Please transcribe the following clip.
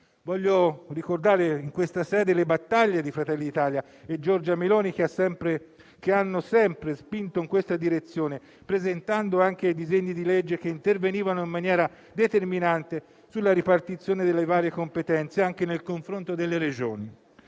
Voglio ricordare, in questa sede, le battaglie di Fratelli d'Italia e di Giorgia Meloni, che hanno sempre spinto in questa direzione, presentando anche disegni di legge che intervenivano in maniera determinante sulla ripartizione delle varie competenze, anche nei confronti delle Regioni.